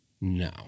No